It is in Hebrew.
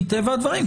מטבע הדברים,